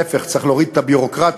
להפך, צריך להוריד את הביורוקרטיה.